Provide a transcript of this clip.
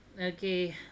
okay